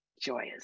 joyous